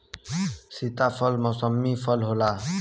सीताफल मौसमी फल होला